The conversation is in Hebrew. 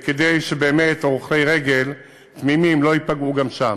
כדי שבאמת הולכי רגל תמימים לא ייפגעו גם שם.